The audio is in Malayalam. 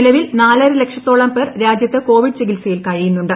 നിലവിൽ നാലര ലക്ഷത്തോളം പേർ രാജ്യത്ത് കോവിഡ് ചികിത്സയിൽ കഴിയുന്നുണ്ട്